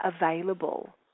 available